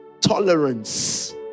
tolerance